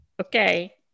Okay